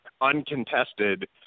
uncontested